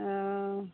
ओ